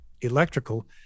electrical